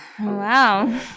wow